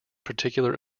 particular